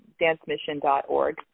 dancemission.org